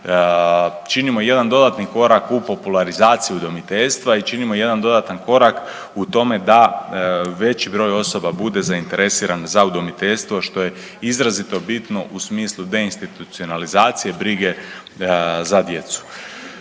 činimo jedan dodatni korak u popularizaciji udomiteljstva i činimo jedan dodatan korak u tome da veći broj osoba bude zainteresiran za udomiteljstvo što je izrazito bitno u smislu deinstitucionalizacije brige za djecu.